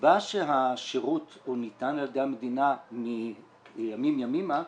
הסיבה שהשירות ניתן על ידי המדינה מימים ימימה,